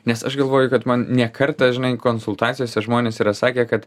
nes aš galvoju kad man ne kartą žinai konsultacijose žmonės yra sakę kad